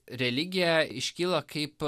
religija iškyla kaip